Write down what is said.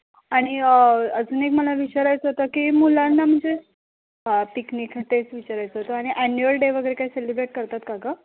आणि अजून एक मला विचारायचं होतं की मुलांना म्हणजे हां पिकनिक तेच विचारायचं होतं आणि ॲन्युअल डे वगैरे काही सेलिब्रेट करतात का गं